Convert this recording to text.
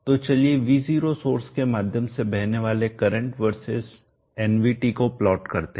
तो चलिए V0 source के माध्यम से बहने वाले करंट वर्सेस nvt को प्लॉट करते हैं